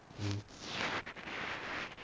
mm